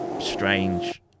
strange